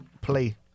Play